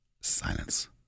Silence